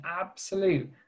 absolute